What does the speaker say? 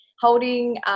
holding